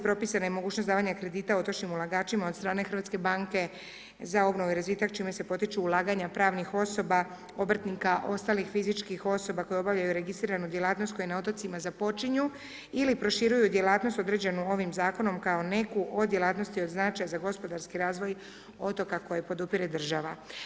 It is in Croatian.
Propisana je mogućnost davanja kredita otočnim ulagačima od strane Hrvatske banke za obnovu i razvitak čime se potiču ulaganja pravnih osoba, obrtnika, ostalih fizičkih osoba koje obavljaju registriranu djelatnost koju na otocima započinju ili proširuju djelatnost određenu ovim zakonom kao neku od djelatnosti od značaja za gospodarski razvoj otoka koju podupire država.